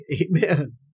amen